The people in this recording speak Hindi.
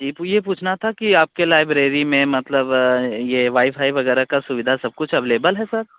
जी प ये पूछना था कि आपके लाइब्रेरी में मतलब ये वाई फाई वगैरह का सुविधा सब कुछ अविलेबल है सर